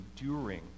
enduring